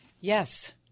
Yes